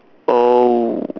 oh